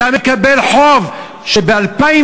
ואתה מקבל חוב מ-2004,